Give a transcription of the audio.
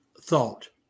thought